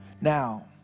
Now